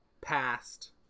past